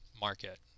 market